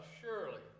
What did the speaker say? surely